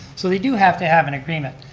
so, they do have to have an agreement.